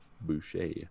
Boucher